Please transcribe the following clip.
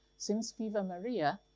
since viva maria,